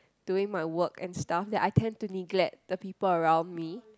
doing my work and stuff then I tend to neglect the people around me